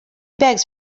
begs